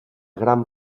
gran